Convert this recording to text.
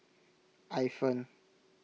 Ifan